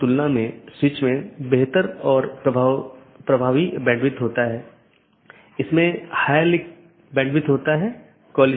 4 जीवित रखें मेसेज यह निर्धारित करता है कि क्या सहकर्मी उपलब्ध हैं या नहीं